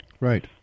Right